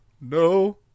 No